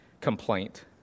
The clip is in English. complaint